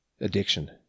Addiction